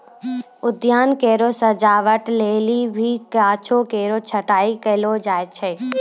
उद्यान केरो सजावट लेलि भी गाछो केरो छटाई कयलो जाय छै